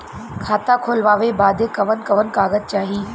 खाता खोलवावे बादे कवन कवन कागज चाही?